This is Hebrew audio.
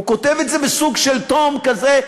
הוא כותב את זה בסוג של תום כזה,